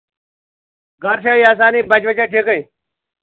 گرِ چھا ییٚحسانٕے بَچہٕ وَچہٕ چھا ٹھیٖکھٕے